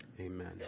Amen